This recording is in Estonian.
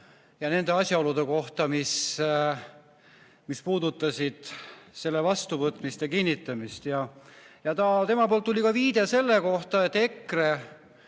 ja nende asjaolude kohta, mis puudutasid selle vastuvõtmist ja kinnitamist. Temalt tuli viide selle kohta, et EKRE